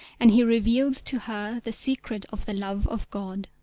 and he reveals to her the secret of the love of god.